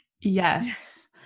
Yes